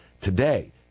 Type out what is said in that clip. Today